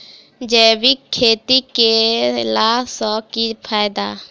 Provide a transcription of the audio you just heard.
जैविक खेती केला सऽ की फायदा?